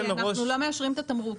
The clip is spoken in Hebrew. כי אנחנו לא מאשרים את התמרוק.